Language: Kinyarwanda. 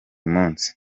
munsi